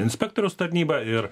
inspektoriaus tarnyba ir